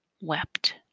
wept